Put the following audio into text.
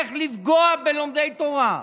איך לפגוע בלומדי תורה.